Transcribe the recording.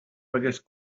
biggest